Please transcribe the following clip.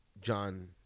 john